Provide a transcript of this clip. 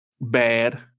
bad